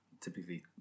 typically